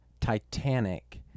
Titanic